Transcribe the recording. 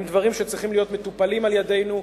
אלה דברים שצריכים להיות מטופלים על-ידינו,